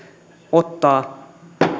ottaa